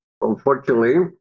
unfortunately